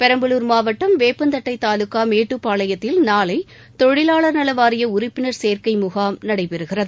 பெரம்பலூர் மாவட்டம் வேப்பந்தட்டைதாலுகா மேட்டுப்பாளையத்தில் நாளைதொழிலாளர் நலவாரியஉறுப்பினர் சேர்க்கைமுகாம் நடைபெறுகிறது